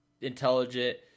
intelligent